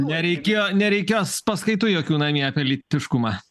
nereikėjo nereikės paskaitų jokių namie apie lytiškumą